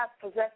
possess